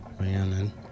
man